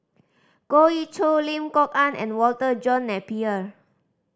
Goh Ee Choo Lim Kok Ann and Walter John Napier